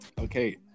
Okay